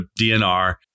DNR